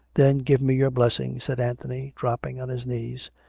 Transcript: then give me your blessing, said anthony, dropping on his knees.